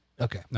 Okay